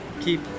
keep